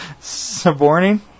suborning